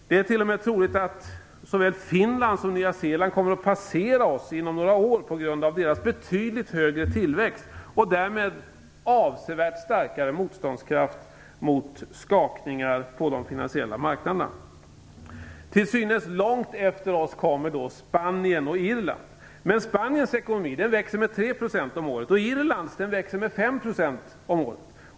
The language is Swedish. Det är t.o.m. troligt att såväl Finland som Nya Zeeland kommer att passera oss inom några år på grund av deras betydligt högre tillväxt och därmed avsevärt starkare motståndskraft mot skakningar på de finansiella marknaderna. Till synes långt efter oss kommer Spanien och Irland. Men Spaniens ekonomi växer med 3 % om året och Irlands växer med 5 % om året.